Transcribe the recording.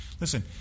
listen